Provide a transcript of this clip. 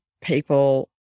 people